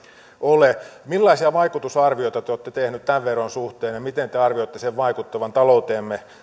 ole millaisia vaikutusarvioita te olette tehneet tämän veron suhteen ja miten te arvioitte sen vaikuttavan talouteemme